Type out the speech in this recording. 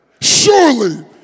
surely